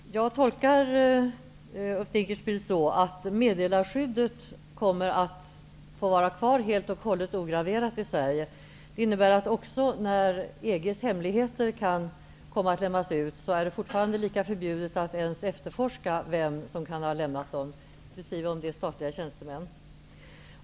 Herr talman! Jag tolkar Ulf Dinkelspiel så, att meddelarskyddet kommer att få vara kvar helt och hållet, ograverat, i Sverige. Det innebär att det, också när EG:s hemligheter kan komma att lämnas ut, fortfarande är lika förbjudet att ens efterforska vem som kan ha lämnat dem, även om det är statliga tjänstemän.